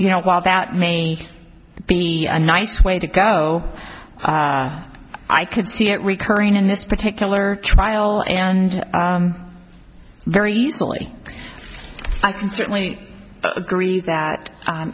you know while that may be a nice way to go i could see it recurring in this particular trial and very easily i can certainly agree